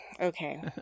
Okay